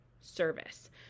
service